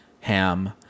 ham